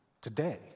today